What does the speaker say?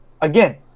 again